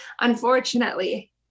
unfortunately